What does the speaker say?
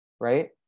right